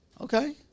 Okay